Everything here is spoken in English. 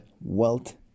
wealth